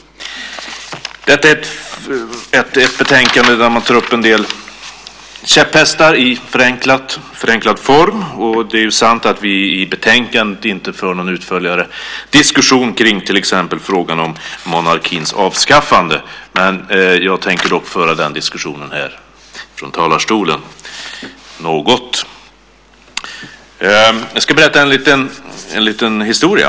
Det här är ett betänkande där man tar upp en del käpphästar i förenklad form. Det är sant att vi i betänkandet inte för någon utförligare diskussion kring till exempel frågan om monarkins avskaffande. Jag tänker dock föra den diskussionen här från talarstolen. Jag ska berätta en liten historia.